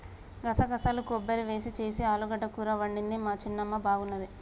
గసగసాలు కొబ్బరి వేసి చేసిన ఆలుగడ్డ కూర వండింది మా చిన్నమ్మ బాగున్నది